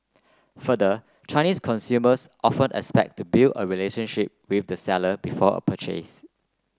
further Chinese consumers often expect to build a relationship with the seller before a purchase